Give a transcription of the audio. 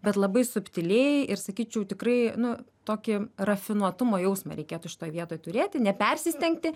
bet labai subtiliai ir sakyčiau tikrai nu tokį rafinuotumo jausmą reikėtų šitoj vietoj turėti nepersistengti